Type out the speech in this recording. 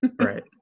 right